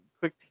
quick